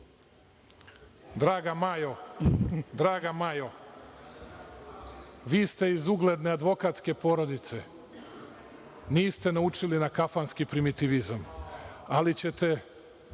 Vučić** Draga Majo, vi ste iz ugledne advokatske porodice. Niste naučili na kafanski primitivizam, ali vremenom